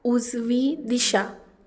उजवी दिशा